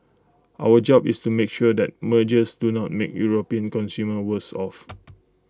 our job is to make sure that mergers do not make european consumers worse off